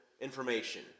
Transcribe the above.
information